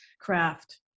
craft